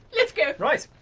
let's go. right.